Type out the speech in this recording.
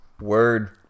Word